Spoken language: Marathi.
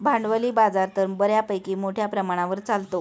भांडवली बाजार तर बऱ्यापैकी मोठ्या प्रमाणावर चालतो